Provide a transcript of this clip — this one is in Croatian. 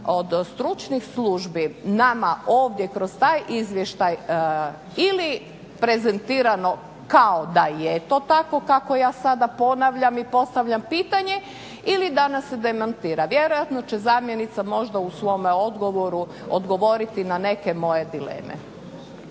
od stručnih službi nama ovdje kroz taj izvještaj ili prezentirano kao da je to tako kako ja sada ponavljam i postavljam pitanje ili da nas se demantira. Vjerojatno će zamjenica, možda u svome odgovoru odgovoriti na neke moje dileme.